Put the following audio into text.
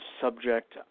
subject